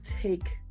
take